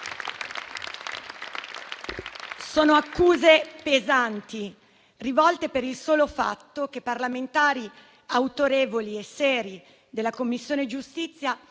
Sono accuse pesanti, rivolte per il solo fatto che parlamentari autorevoli e seri della Commissione giustizia,